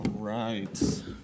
Right